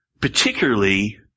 Particularly